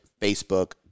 Facebook